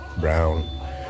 brown